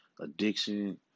Addiction